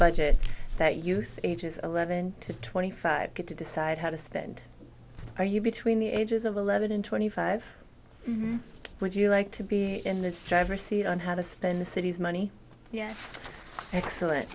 budget that youth ages eleven to twenty five get to decide how to spend or you between the ages of eleven and twenty five would you like to be in this driver seat on how to spend the city's money yes excellent